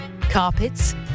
carpets